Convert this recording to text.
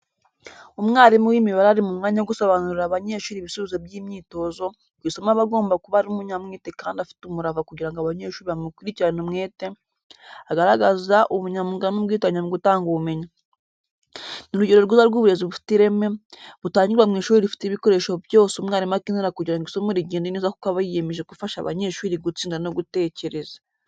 Umwarimu w’imibare ari mu mwanya wo gusobanurira abanyeshuri ibisubizo by’imyitozo, ku isomo aba agomba kuba ari umunyamwete kandi afite umurava kugira ngo abanyeshuri bamukurikirane umwete, agaragaza ubunyamwuga n’ubwitange mu gutanga ubumenyi. Ni urugero rwiza rw’uburezi bufite ireme, butangirwa mu ishuri rifite ibikoresho byose umwarimu akenera kugira ngo isomo rigende neza kuko aba yiyemeje gufasha abanyeshuri gutsinda no gutekereza.